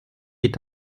est